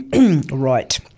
Right